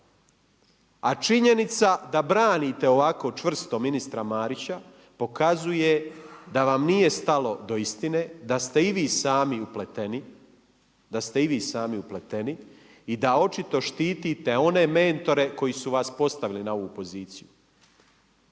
A činjenica da branite ovako čvrsto ministra Marića pokazuje da vam nije stalo do istine, da ste i vi sami upleteni i da očito štitite one mentore koji su vas postavili na ovu poziciju.